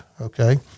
Okay